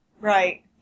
Right